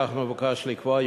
כך מבוקש לקבוע,